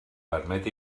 permet